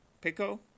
Pico